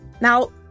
Now